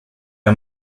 are